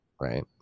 right